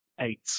eight